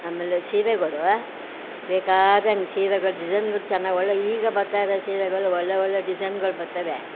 ಆಮೇಲೆ ಸೀರೆಗಳು ಬೇಕಾದಂತೆ ಸೀರೆಗಳು ಡಿಝೈನ್ಗಳು ಚೆನ್ನಾಗಿ ಒಳ್ಳೆಯ ಈಗ ಬರ್ತಾಯಿರೊ ಸೀರೆಗಳು ಒಳ್ಳೆ ಒಳ್ಳೆ ಡಿಝೈನ್ಗಳು ಬರ್ತವೆ